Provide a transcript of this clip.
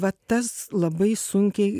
vat tas labai sunkiai